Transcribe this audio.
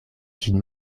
ĝin